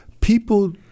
people